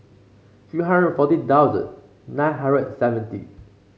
three hundred forty thousand nine hundred and seventy